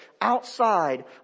outside